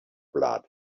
blood